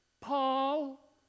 Paul